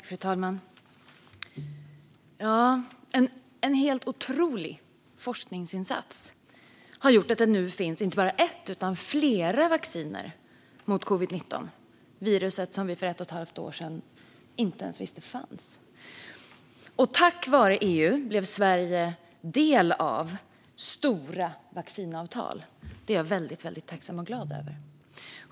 Fru talman! En helt otrolig forskningsinsats har gjort att det nu finns inte bara ett utan flera vacciner mot covid-19 - mot det virus vi för ett och ett halvt år sedan inte ens visste fanns. Tack vare EU blev Sverige del av stora vaccinavtal, och det är jag väldigt tacksam och glad över.